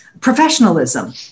professionalism